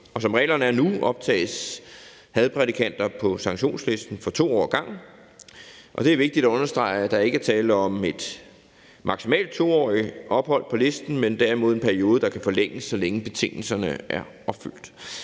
Som reglerne er nu, optages hadprædikanter på sanktionslisten for 2 år ad gangen, og det er vigtigt at understrege, at der ikke er tale om et maksimalt 2-årigt ophold på listen, men derimod en periode, der kan forlænges, så længe betingelserne er opfyldt.